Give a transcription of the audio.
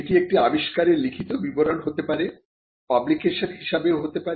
সেটি একটি আবিষ্কারের লিখিত বিবরণ হতে পারে পাবলিকেশন হিসাবেও হতে পারে